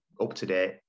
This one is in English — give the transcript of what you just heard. up-to-date